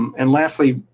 and lastly,